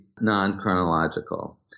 non-chronological